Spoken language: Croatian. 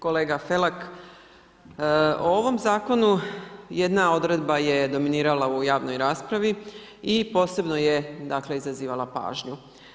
Kolega Felak u ovom zakonu jedna odredba je dominirala u javnoj raspravi i posebno je dakle, izazivala pažnju.